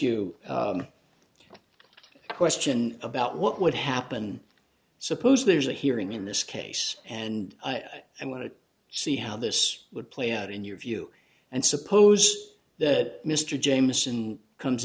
you question about what would happen suppose there's a hearing in this case and i'd want to see how this would play out in your view and suppose that mr jamieson comes